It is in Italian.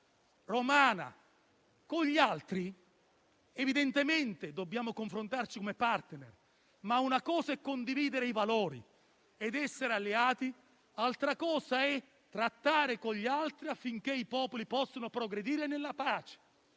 romana. Con gli altri evidentemente dobbiamo confrontarci come *partner*, ma una cosa è condividere i valori ed essere alleati, altra è trattare con gli altri affinché i popoli possano progredire nella pace.